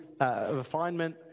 refinement